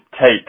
take